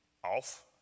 Off